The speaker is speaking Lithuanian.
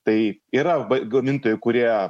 tai yra gamintojų kurie